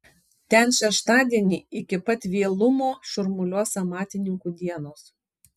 ten šeštadienį iki pat vėlumo šurmuliuos amatininkų dienos